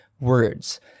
words